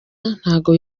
ntabwo